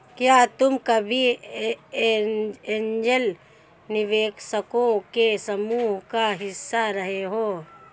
क्या तुम कभी ऐन्जल निवेशकों के समूह का हिस्सा रहे हो?